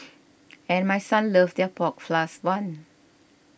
and my son loves their pork floss one